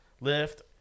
lift